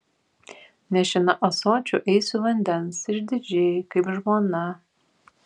nešina ąsočiu eisiu vandens išdidžiai kaip žmona